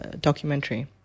documentary